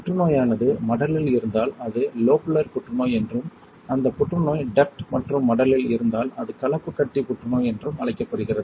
புற்றுநோயானது மடலில் இருந்தால் அது லோபுலர் புற்றுநோய் என்றும் அந்த புற்றுநோய் டக்ட் மற்றும் மடலில் இருந்தால் அது கலப்பு கட்டி புற்றுநோய் என்றும் அழைக்கப்படுகிறது